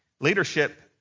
Leadership